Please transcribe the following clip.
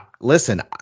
Listen